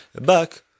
back